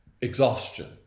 exhaustion